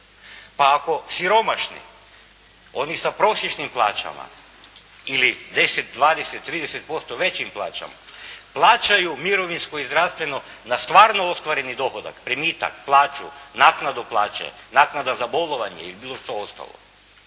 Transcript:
Pa ako siromašni, oni sa prosječnim plaćama ili 10, 20, 30% većim plaćama, plaćaju mirovinsko i zdravstveno na stvarno ostvareni dohodak, primitak, plaću, naknadu plaće, naknada za bolovanje ili bilo što ostalo.